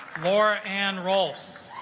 laura and rolls